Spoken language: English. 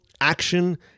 action